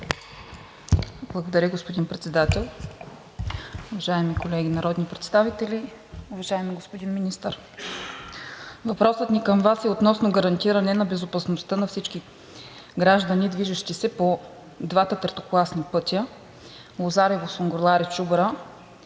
Благодаря, господин Председател. Уважаеми колеги народни представители, уважаеми господин Министър! Въпросът ни към Вас е относно гарантиране на безопасността на всички граждани, движещи се по двата третокласни пътя – Лозарево – Сунгурларе – Чубра